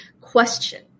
question